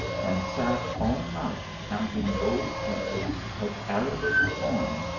and sat all night counting gold pieces of arabic coin,